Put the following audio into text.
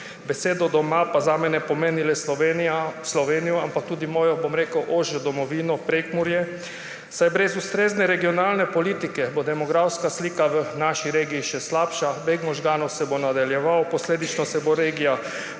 Beseda doma pa zame ne pomeni le Slovenije, ampak tudi mojo, bom rekel, ožjo domovino Prekmurje, saj bo brez ustrezne regionalne politike demografska slika v naši regiji še slabša. Beg možganov se bo nadaljeval, posledično se bo regija